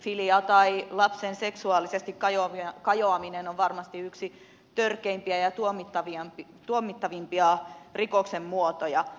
pedofilia tai lapseen seksuaalisesti kajoaminen on varmasti yksi törkeimpiä ja tuomittavimpia rikoksen muotoja